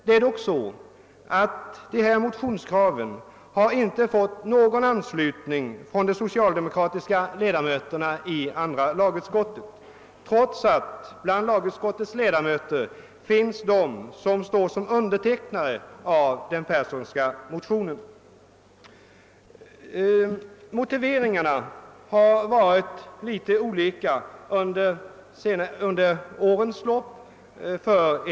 Dessa motionskrav har emellertid inte vunnit någon anslut ning från de socialdemokratiska ledamöterna i andra lagutskottet, trots att en del av dessa har undertecknat herr Yngve Perssons motion. Motiveringarna för ett avstyrkande av detta motionskrav har under årens lopp varit olika.